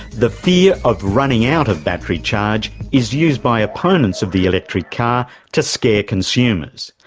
the fear of running out of battery charge is used by opponents of the electric car to scare consumers,